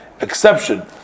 exception